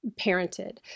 parented